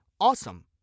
awesome